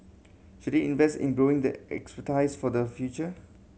should it invest in growing the expertise for the future